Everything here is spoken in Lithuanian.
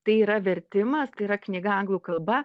tai yra vertimas tai yra knyga anglų kalba